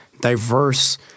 diverse